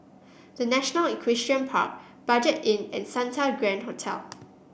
The National Equestrian Park Budget Inn and Santa Grand Hotel